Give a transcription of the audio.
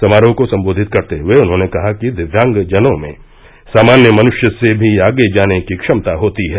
समारोह को सम्बोधित करते हुये उन्होंने कहा कि दिव्यांग जनों में सामान्य मनुष्य से भी आगे जाने की क्षमता होती है